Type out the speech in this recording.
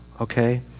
Okay